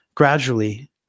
Gradually